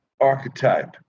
archetype